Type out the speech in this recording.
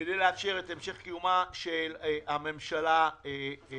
כדי לאפשר את המשך קיומה של הממשלה הזאת.